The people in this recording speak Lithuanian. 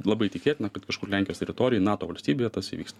labai tikėtina kad kažkur lenkijos teritorijoj nato valstybėje tas įvyks